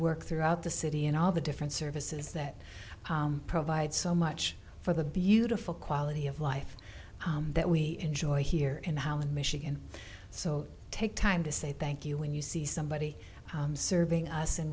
work throughout the city and all the different services that provide so much for the beautiful quality of life that we enjoy here in holland michigan so take time to say thank you when you see somebody serving us in